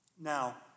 Now